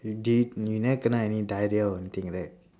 you did~ you never kena any diarrhoea or anything right